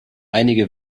einige